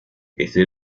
este